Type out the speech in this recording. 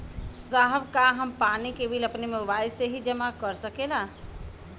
साहब का हम पानी के बिल अपने मोबाइल से ही जमा कर सकेला?